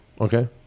okay